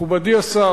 מכובדי השר,